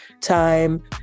time